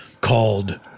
Called